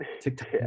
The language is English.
TikTok